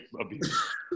abuse